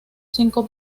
cinco